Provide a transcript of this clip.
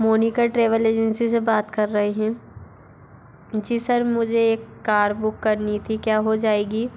Monika travel agency से बात कर रहे हैं जी सर मुझे एक कार बुक करनी थी क्या हो जाएगी